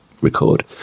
record